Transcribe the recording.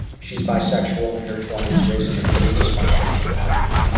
she's bisexual in her twenty s raised in a pretty dysfunctional environment.